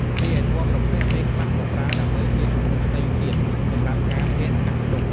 រីឯពណ៌ប្រផេះ ពេលខ្លះក៏ប្រើដើម្បីជាជម្រើសផ្សេងទៀតសម្រាប់ការពាក់កាន់ទុក្ខ។